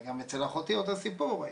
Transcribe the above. גם אצל אחותי אותו סיפור היה.